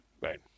right